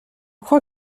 crois